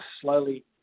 slowly